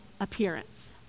appearance